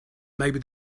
maybe